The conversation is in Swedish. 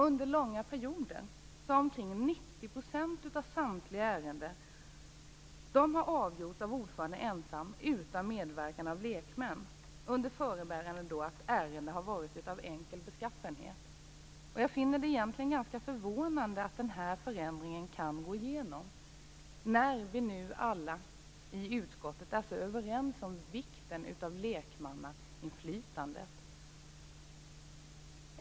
Under långa perioder har omkring 90 % av samtliga ärenden avgjorts av ordföranden ensam utan medverkan av lekmän under förebärande att ärendena har varit av enkel beskaffenhet. Jag finner det egentligen ganska förvånande att den här förändringen kan gå igenom när nu alla i utskottet är så överens om vikten av lekmannainflytande.